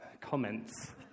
comments